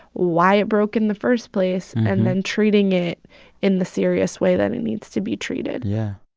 why it broke in the first place and then treating it in the serious way that it needs to be treated yeah.